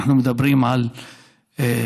אנחנו מדברים על חד-הוריות,